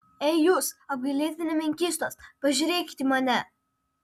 ei jūs apgailėtini menkystos pažiūrėkit į mane